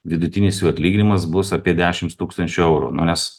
vidutinis jų atlyginimas bus apie dešims tūkstančių eurų nu nes